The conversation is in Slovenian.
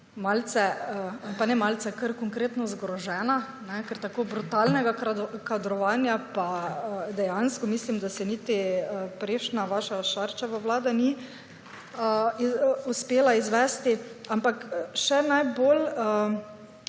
malce, pa ne malce, kar konkretno zgrožena, ker tako brutalnega kadrovanja, mislim, da niti prejšnja vaša, Šarčeva, Vlada ni uspela izvesti. Še najbolj,